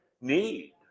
need